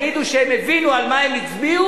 שיבואו ויגידו שהם הבינו על מה הם הצביעו,